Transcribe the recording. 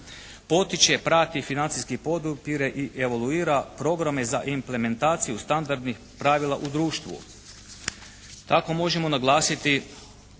potiče, prati i financijski podupire i evoluira programe za implementaciju standardnih pravila u društvu. Tako možemo naglasiti